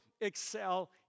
excel